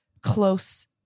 close